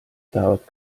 tahavad